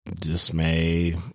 Dismay